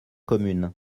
communes